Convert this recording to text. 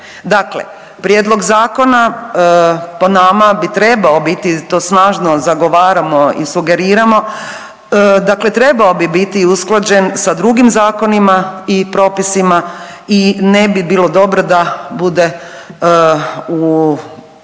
Dakle, prijedlog zakona po nama bi trebao biti i to snažno zagovaramo i sugeriramo, dakle trebao bi biti usklađen sa drugim zakonima i propisima i ne bi bilo dobro da bude u